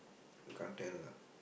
you can't tell lah